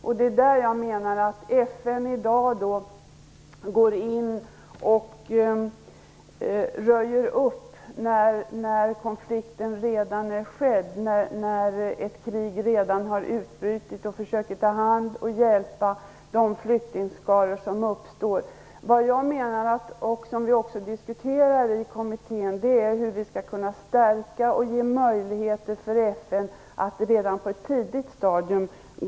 FN går i dag in och röjer upp när konflikten redan har påbörjats eller kriget redan har utbrutit. FN försöker ta hand om och hjälpa flyktingskaror. Vad jag menar, vilket vi också diskuterar i kommittén, är att vi skall stärka FN och ge FN möjligheter att gå in redan på ett tidigt stadium.